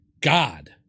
god